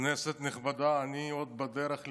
כנסת נכבדה, עוד בדרך לכאן,